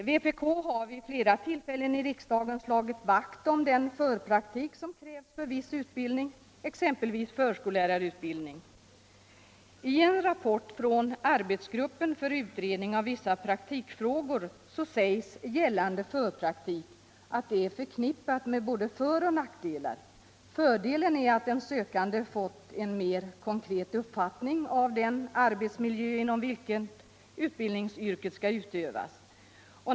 Vpk har vid flera tillfällen i riksdagen slagit vakt om den förpraktik som krävts för viss utbildning, exempelvis förskollärarutbildning. I en rapport från arbetsgruppen för utredning av vissa praktikfrågor sägs gällande förpraktik, att sådan är förknippad med både för och nackdelar. Fördelen är att den sökande får en mer konkret uppfattning av den arbetsmiljö inom vilken utbildningsyrket skall utövas.